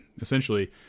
essentially